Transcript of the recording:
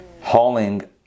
hauling